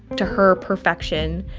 to her, perfection.